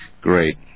great